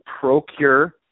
ProCure